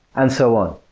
and so on.